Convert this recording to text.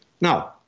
now